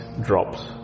drops